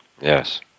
Yes